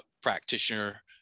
practitioner